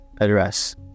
address